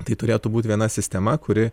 tai turėtų būt viena sistema kuri